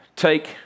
take